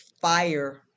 fire